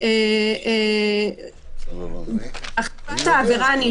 אלא אם כן פתחנו חקירה על הפרה,